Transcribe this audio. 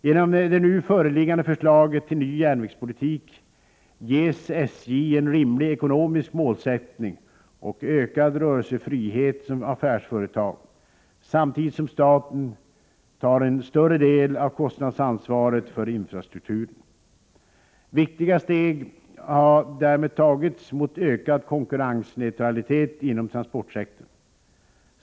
Genom det nu föreliggande förslaget till ny järnvägspolitik ges SJ en rimlig ekonomisk målsättning och ökad rörelsefrihet som affärsföretag samtidigt som staten tar en större del av konstnadsansvaret för infrastrukturen. Viktiga steg har därmed tagits mot ökad konkurrensneutralitet inom transportsektorn.